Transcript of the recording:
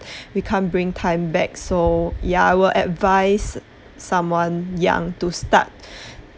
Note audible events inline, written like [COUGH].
[BREATH] we can't bring time back so ya I will advise someone young to start